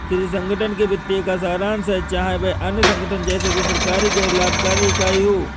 किसी संगठन के वित्तीय का सारांश है चाहे वह अन्य संगठन जैसे कि सरकारी गैर लाभकारी इकाई हो